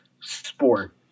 sport